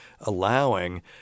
allowing